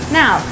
now